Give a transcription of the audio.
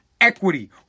equity